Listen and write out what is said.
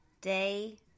Day